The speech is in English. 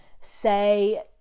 say